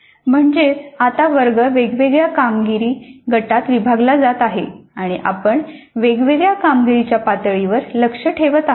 म्हणजेच आता वर्ग वेगवेगळ्या कामगिरी गटात विभागला जात आहे आणि आपण वेगवेगळ्या कामगिरीच्या पातळीवर लक्ष्य ठेवत आहोत